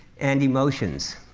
and emotions.